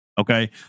Okay